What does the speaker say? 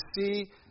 see